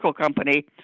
company